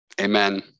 amen